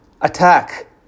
attack